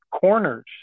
corners